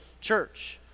church